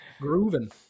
Grooving